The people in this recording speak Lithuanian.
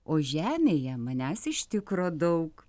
o žemėje manęs iš tikro daug